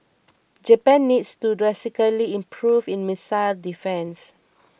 Japan needs to drastically improve its missile defence